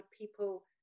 people